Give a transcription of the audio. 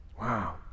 Wow